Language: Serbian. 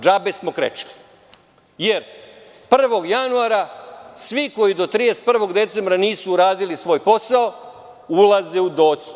Džabe smo krečili, jer 1. januara svi koji do 31. decembra nisu uradili svoj posao ulaze u docnju.